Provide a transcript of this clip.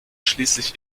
schließlich